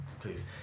Please